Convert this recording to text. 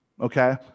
Okay